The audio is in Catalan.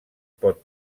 pot